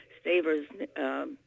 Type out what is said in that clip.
Stavers